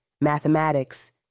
mathematics